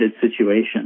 situation